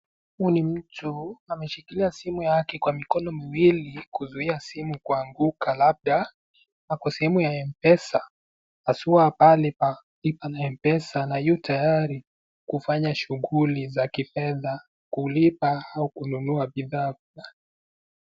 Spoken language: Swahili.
Huu ni mtu ameshikilia simu yake kwa mikono miwili kuzuia simu kuanguka labda ako sehemu ya M-PESA akiwa pale pa lipa na M-PESA na yu tayari kufanya shughuli za kifedha kulipa au kununua bidhaa.